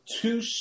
two